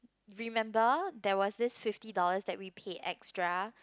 remember there was this fifty dollars that we pay extra